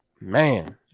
man